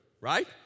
right